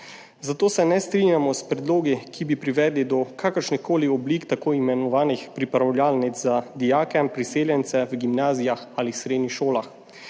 Zato se ne strinjamo s predlogi, ki bi privedli do kakršnihkoli oblik tako imenovanih pripravljalnic za dijake priseljence v gimnazijah ali srednjih šolah.